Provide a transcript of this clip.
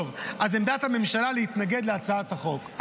טוב, אז עמדת הממשלה היא להתנגד להצעת החוק.